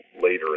later